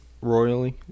royally